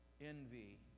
envy